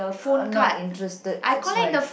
uh not interested that's why